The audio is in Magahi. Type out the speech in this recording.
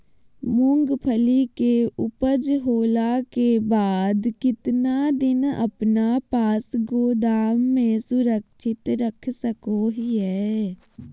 मूंगफली के ऊपज होला के बाद कितना दिन अपना पास गोदाम में सुरक्षित रख सको हीयय?